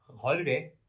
holiday